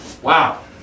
Wow